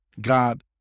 God